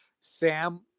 sam